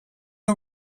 are